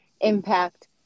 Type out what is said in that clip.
impact